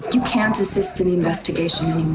you can't assist in the investigation